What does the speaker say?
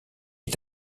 est